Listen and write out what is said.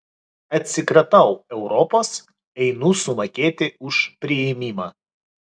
atsikratau europos einu sumokėti už priėmimą